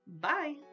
Bye